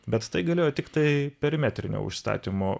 bet tai galioja tiktai perimetrinio užstatymo